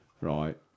Right